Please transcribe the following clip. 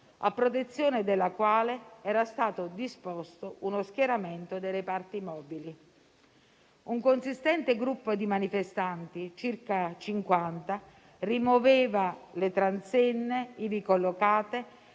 a protezione della quale era stato disposto uno schieramento dei reparti mobili. Un consistente gruppo di manifestanti, circa 50, rimuoveva le transenne ivi collocate